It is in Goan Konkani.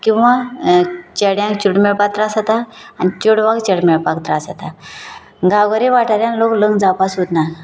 किंवा चेड्यांक चेडूं मेळपा त्रास जाता आनी चेडवांक चेडे मेळपाक त्रास जाता गांवगिऱ्या वाठारांत लोक लग्न जावपाक सोदनात